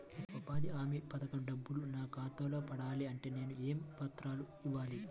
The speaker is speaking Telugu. ఉపాధి హామీ పథకం డబ్బులు నా ఖాతాలో పడాలి అంటే నేను ఏ పత్రాలు ఇవ్వాలి?